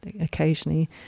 occasionally